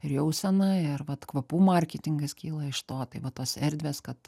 ir jauseną ir vat kvapų marketingas kyla iš to tai va tos erdvės kad